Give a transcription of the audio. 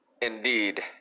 Indeed